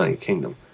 Kingdom